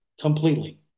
completely